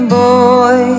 boy